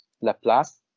Laplace